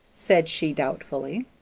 said she, doubtfully.